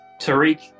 Tariq